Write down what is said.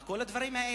מה עם כל הדברים האלה?